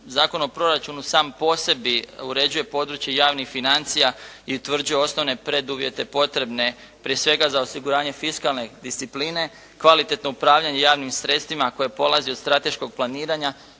Zakon o proračunu sam po sebi uređuju područje javnih financija i utvrđuje osnovne preduvjete potrebne prije svega za osiguranje fiskalne discipline, kvalitetno upravljanje javnim sredstvima koje polazi od strateškog planiranja